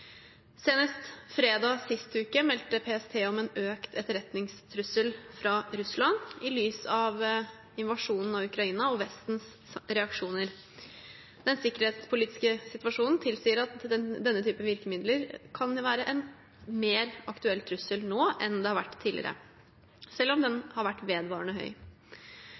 Senest fredag sist uke meldte PST om en økt etterretningstrussel fra Russland i lys av invasjonen av Ukraina og Vestens reaksjoner. Den sikkerhetspolitiske situasjonen tilsier at denne typen virkemidler kan være en mer aktuell trussel nå enn de har vært tidligere, selv om trusselen har vært vedvarende høy.